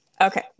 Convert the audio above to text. Okay